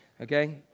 Okay